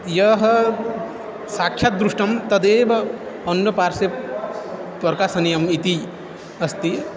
यः साक्षाद्दृष्टं तदेव अन्यपार्श्वे प्रकाशनीयम् इति अस्ति